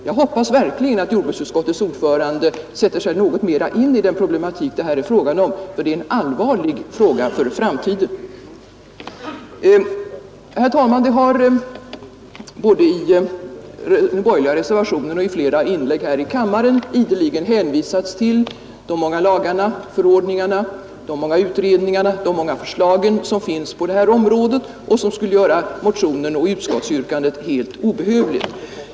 Jag hoppas verkligen att jordbruksutskottets ordförande sätter sig något mera in i den problematik det här är fråga om, för det är ett allvarligt problem för framtiden. Herr talman! Det har, både i den borgerliga reservationen och i flera inlägg här i kammaren, ideligen hänvisats till de många lagarna och förordningarna, de många utredningarna och de många förslagen som finns på detta område och som skulle göra motionen och utskottsyrkandet helt obehövliga.